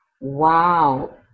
Wow